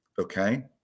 Okay